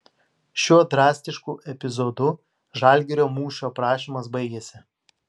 šiuo drastišku epizodu žalgirio mūšio aprašymas baigiasi